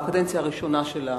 בקדנציה הראשונה שלה